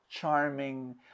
charming